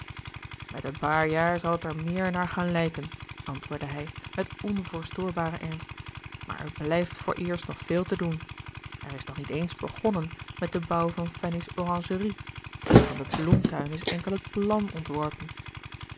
met een paar jaar zal het er méér naar gaan lijken antwoordde hij met onverstoorbaren ernst maar er blijft vooreerst nog veel te doen er is nog niet eens begonnen met den bouw van fanny's oranjerie en van den bloemtuin is enkel het plan ontworpen